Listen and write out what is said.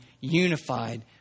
unified